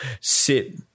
sit